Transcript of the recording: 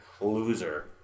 loser